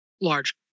large